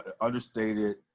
understated